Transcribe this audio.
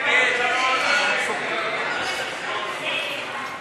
ההסתייגות (27)